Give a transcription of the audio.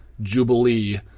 Jubilee